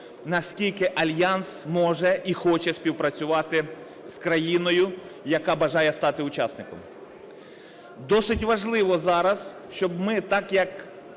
наскільки Альянс може і хоче співпрацювати з країною, яка бажає стати учасником. Досить важливо зараз, щоб ми так, як